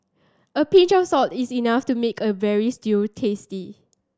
a pinch of salt is enough to make a veal stew tasty